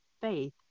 faith